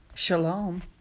Shalom